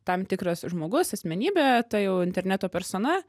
tam tikras žmogus asmenybė ta jau interneto persona